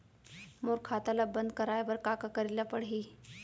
मोर खाता ल बन्द कराये बर का का करे ल पड़ही?